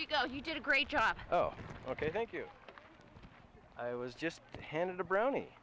you go you did a great job oh ok thank you i was just handed a brownie